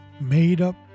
Made-up